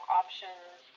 options